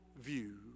view